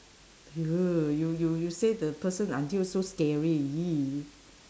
!aiya! you you you say the person until so scary !ee!